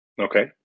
Okay